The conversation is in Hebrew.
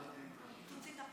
תוציא את,